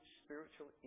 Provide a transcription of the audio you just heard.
spiritual